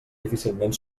difícilment